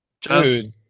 dude